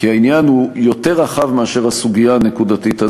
כי העניין הוא יותר רחב מאשר הסוגיה הנקודתית הזאת.